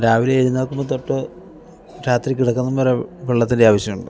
രാവിലെ എഴുന്നേൽക്കുമ്പോൾ തൊട്ട് രാത്രി കിടക്കുന്നത് വരെ വെള്ളത്തിൻ്റെ ആവശ്യമുണ്ട്